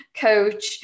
coach